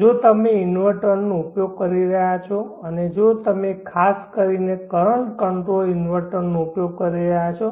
જો તમે ઇન્વર્ટરનો ઉપયોગ કરી રહ્યાં છો અને જો તમે ખાસ કરીને કરંટ કંટ્રોલ ઇન્વર્ટરનો ઉપયોગ કરી રહ્યાં છો